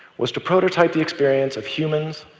was to prototype the experience of humans,